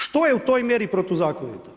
Što je u toj mjeri protuzakonito?